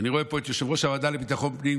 ואני רואה פה את יושב-ראש הוועדה לביטחון פנים,